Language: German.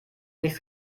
nichts